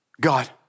God